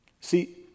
See